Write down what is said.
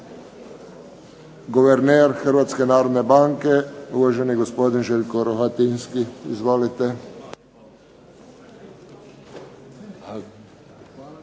Guverner Hrvatske narodne banke, uvaženi gospodin Željko Rohatinski. Izvolite.